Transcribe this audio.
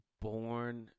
born